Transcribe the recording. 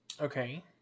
Okay